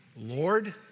Lord